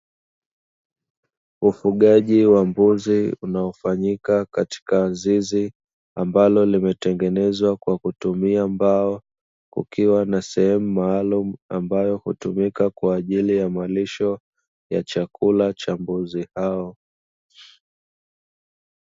Ufugaji wa mbuzi unaofanyika katika zizi ambalo limetengenezwa kwa kutumia mbao, kukiwa na sehemu maalumu ambayo hutumika kwa ajili ya malisho ya chakula cha mbuzi hao.